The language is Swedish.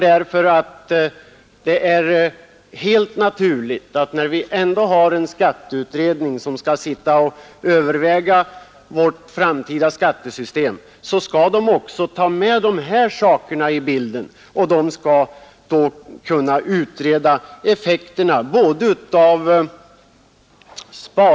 Därför menar vi, att när vi nu har en skatteutredning som skall behandla frågan om vårt framtida skattesystem, så är det naturligt att utredningen också tar med de sparfrämjande åtgärderna i sitt arbete.